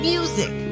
Music